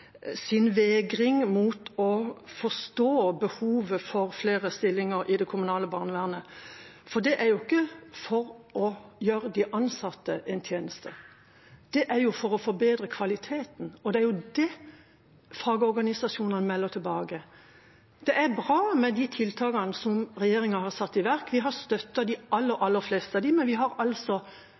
flere stillinger i det kommunale barnevernet. For det er ikke for å gjøre de ansatte en tjeneste, det er for å forbedre kvaliteten. Det er det fagorganisasjonene melder tilbake. Det er bra med de tiltakene som regjeringa har satt i verk. Vi har støttet de aller fleste av dem, men vi har altså